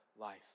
life